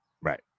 right